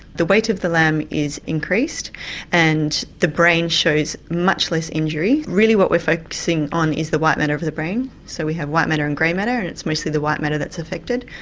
the weight of the lamb is increased and the brain shows much less injury. really what we're focusing on is the white matter of of the brain so we have white matter and grey matter and it's mostly the white matter that's affected.